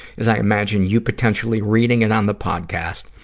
as i imagine you potentially reading it on the podcast.